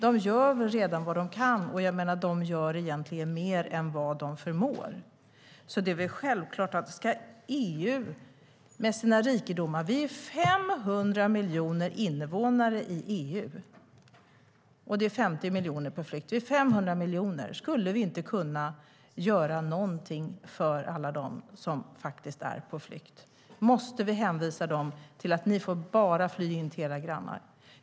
De gör väl redan vad de kan? Egentligen gör de mer än vad de förmår. Vi är 500 miljoner invånare i EU, och det är 50 miljoner på flykt. Skulle inte vi i EU med våra rikedomar kunna göra någonting för alla dem som är på flykt? Det är väl självklart! Måste vi hänvisa dem till att bara få fly till sina grannar?